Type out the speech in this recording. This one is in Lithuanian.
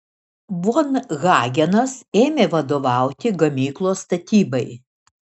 von hagenas ėmė vadovauti gamyklos statybai